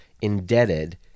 indebted